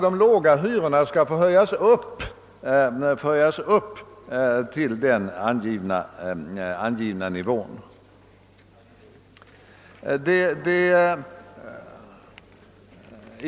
De låga hyrorna skall alltså få höjas till den angivna nivån.